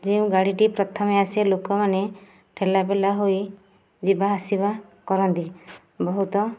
ଯେଉଁ ଗାଡ଼ିଟି ପ୍ରଥମେ ଆସେ ଲୋକମାନେ ଠେଲା ପେଲା ହୋଇ ଯିବା ଆସିବା କରନ୍ତି ବହୁତ